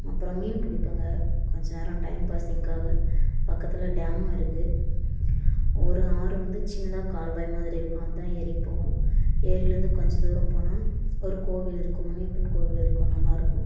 அப்புறம் மீன் பிடிப்பேங்க கொஞ்ச நேரம் டைம் பாஸிங்க்காக பக்கத்தில் டேமும் இருக்கு ஒரு ஆறு வந்து சின்னதாக கால்வாய் மாதிரி இருக்கும் அதான் ஏரிக்கு போகும் ஏரிலேந்து கொஞ்ச தூரம் போனால் ஒரு கோவில் இருக்கும் முனியப்பன் கோவில் இருக்கும் நல்லாருக்கும்